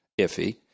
iffy